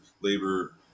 labor